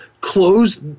close